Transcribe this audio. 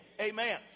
Amen